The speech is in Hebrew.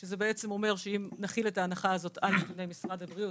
זה אומר שאם נחיל את ההנחה הזאת על נתוני משרד הבריאות,